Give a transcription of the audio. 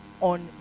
on